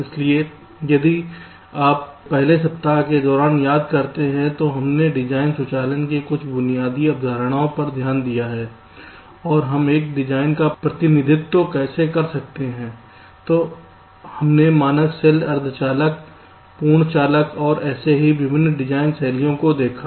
इसलिए यदि आप पहले सप्ताह के दौरान याद करते हैं तो हमने डिजाइन स्वचालन की कुछ बुनियादी अवधारणाओं पर ध्यान दिया है और हम एक डिजाइन का प्रतिनिधित्व कैसे कर सकते हैं तो हमने मानक सेल अर्धचालक पूर्ण कस्टम और ऐसे ही विभिन्न डिजाइन शैलियों को देखा